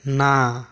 ନା